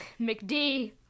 McD